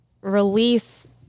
release